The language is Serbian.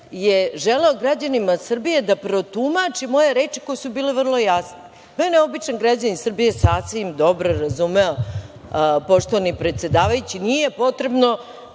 je želeo građanima Srbije da protumači moje reči koje su bile vrlo jasne. Mene običan građanin Srbije sasvim dobro razume, poštovani predsedavajući, nije potrebno